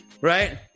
right